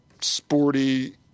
sporty